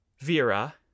vera